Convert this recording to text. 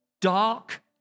dark